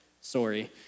sorry